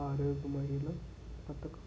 ఆరోగ్య మహిళ పథకం